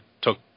took